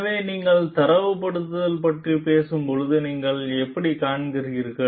எனவே நீங்கள் தரப்படுத்தல் பற்றி பேசும்போது நீங்கள் எப்படிக் காண்கிறீர்கள்